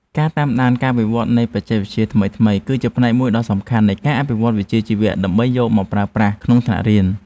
ការតាមដានការវិវត្តនៃបច្ចេកវិទ្យាថ្មីៗគឺជាផ្នែកមួយដ៏សំខាន់នៃការអភិវឌ្ឍវិជ្ជាជីវៈដើម្បីយកមកប្រើប្រាស់ក្នុងថ្នាក់រៀន។